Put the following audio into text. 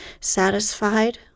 satisfied